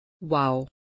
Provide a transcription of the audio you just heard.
Wow